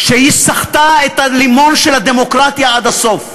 שהיא סחטה את הלימון של הדמוקרטיה עד הסוף.